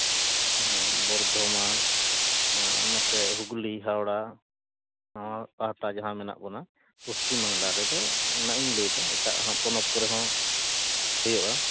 ᱵᱚᱨᱫᱷᱚᱢᱟᱱ ᱱᱚᱣᱟ ᱱᱟᱛᱮ ᱦᱩᱜᱽᱞᱤ ᱦᱟᱣᱲᱟ ᱱᱚᱣᱟ ᱯᱟᱦᱴᱟ ᱡᱟᱦᱟᱸ ᱢᱮᱱᱟᱜ ᱵᱚᱱᱟ ᱯᱚᱥᱪᱤᱢ ᱵᱟᱝᱞᱟ ᱨᱮᱫᱚ ᱨᱮᱱᱟᱜ ᱤᱧ ᱞᱟᱹᱭᱫᱟ ᱮᱴᱟᱜ ᱯᱚᱱᱚᱛ ᱠᱚᱨᱮ ᱫᱚ ᱦᱳᱭᱳᱜᱼᱟ